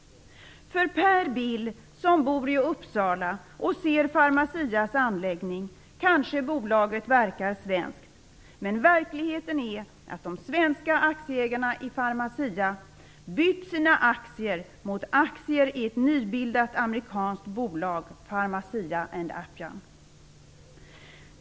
För Per Bill, som bor i Uppsala och ser Pharmacias anläggning, kanske bolaget verkar svenskt. Men verkligheten är att de svenska aktieägarna i Pharmacia bytt sina aktier mot aktier i ett nybildat amerikanskt bolag, Pharmacia and Upjohn.